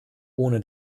ohne